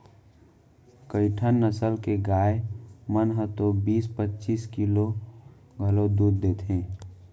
कइठन नसल के गाय मन ह तो बीस पच्चीस किलो घलौ दूद देथे